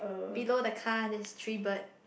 below the car there's three bird